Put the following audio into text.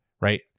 right